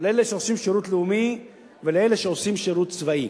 לאלה שעושים שירות לאומי ולאלה שעושים שירות צבאי.